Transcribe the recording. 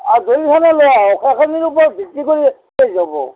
অঁ দেৰি হ'লেও লৈ আহক সেইখিনিৰ ওপৰত ভিত্তি কৰি হৈ যাব